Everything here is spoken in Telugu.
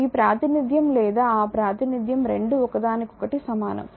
ఈ ప్రాతినిధ్యం లేదా ఆ ప్రాతినిధ్యం రెండూ ఒకదానికొకటి సమానం